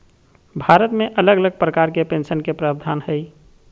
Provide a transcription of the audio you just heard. भारत मे अलग अलग प्रकार के पेंशन के प्रावधान हय